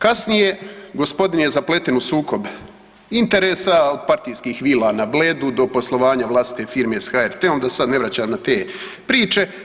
Kasnije gospodin je zapleten u sukob interesa, od partijskih vila na Bledu do poslovanja vlastite firme sa HRT-om da se sad ne vraćam na te priče.